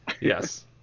Yes